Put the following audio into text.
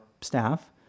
staff